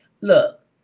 look